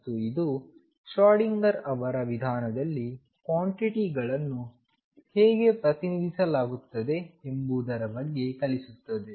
ಮತ್ತು ಇದು ಶ್ರೊಡಿಂಗರ್Schrödinger ಅವರ ವಿಧಾನದಲ್ಲಿ ಕ್ವಾಂಟಿಟಿಗಳನ್ನು ಹೇಗೆ ಪ್ರತಿನಿಧಿಸಲಾಗುತ್ತದೆ ಎಂಬುದರ ಬಗ್ಗೆ ಕಲಿಸುತ್ತದೆ